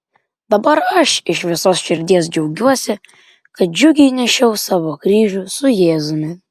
dabar aš iš visos širdies džiaugiuosi kad džiugiai nešiau savo kryžių su jėzumi